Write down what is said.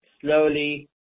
slowly